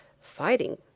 fighting